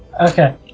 Okay